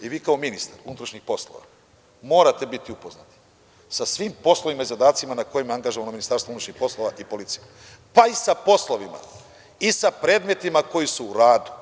I vi kao ministar unutrašnjih poslova morate biti upoznati sa svim poslovima i zadacima na kojima je angažovan MUP i policija, pa i sa poslovima, pa i sa predmetima koji su u radu.